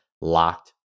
locked